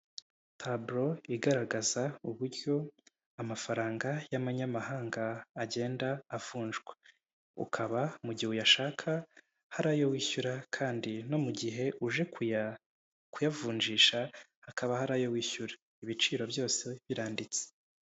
Taburo igaragaza uburyo amafaranga y'amanyamahanga agenda avunjwa ,ukaba mu gihe uyashaka hariyo wishyura kandi no mu gihe uje kuya kuyavunjisha hakaba hari ayo wishyura ibiciro byose biranditse.